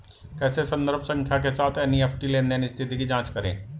कैसे संदर्भ संख्या के साथ एन.ई.एफ.टी लेनदेन स्थिति की जांच करें?